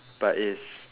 but it's